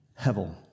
hevel